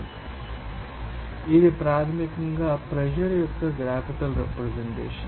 కాబట్టి ఇది ప్రాథమికంగా ప్రెషర్ యొక్క గ్రాఫికల్ రెప్రెసెంటేషన్